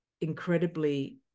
incredibly